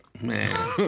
man